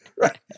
right